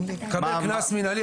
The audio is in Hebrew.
הוא יקבל קנס מינהלי.